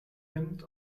nimmt